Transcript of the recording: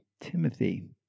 Timothy